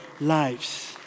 lives